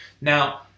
Now